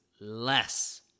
less